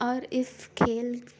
اور اس کھیل